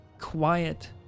quiet